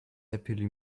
happily